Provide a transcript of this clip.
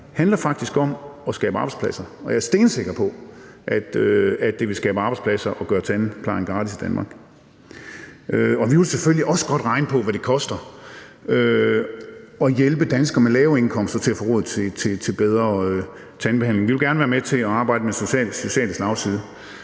handler faktisk om at skabe arbejdspladser, og jeg er stensikker på, at det vil skabe arbejdspladser at gøre tandplejen gratis i Danmark. Vi vil selvfølgelig også godt regne på, hvad det koster at hjælpe danskere med lavindkomster til at få råd til bedre tandbehandling. Vi vil gerne være med til at arbejde med den sociale slagside,